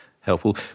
helpful